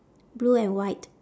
blue and white